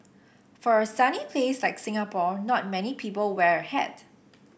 for a sunny place like Singapore not many people wear a hat